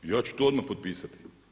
Ja ću to odmah potpisati.